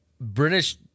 British